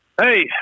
Hey